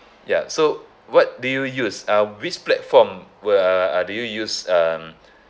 ya so what do you use uh which platform were uh do you use um